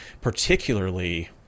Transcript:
particularly